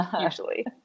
usually